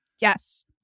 Yes